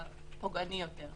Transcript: הפוגעני יותר.